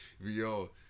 yo